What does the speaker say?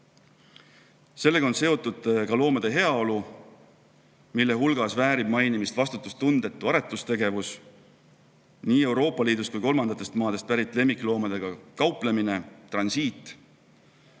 Sellega on seotud ka loomade heaolu, mille puhul väärib mainimist vastutustundetu aretustegevus, nii Euroopa Liidus kui ka kolmandatest maadest pärit lemmikloomadega kauplemine, transiit,